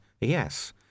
yes